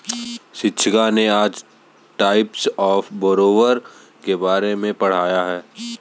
शिक्षिका ने आज टाइप्स ऑफ़ बोरोवर के बारे में पढ़ाया है